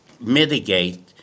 mitigate